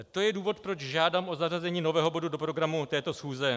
To je důvod, proč žádám o zařazení nového bodu do programu této schůze.